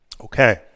okay